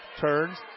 Turns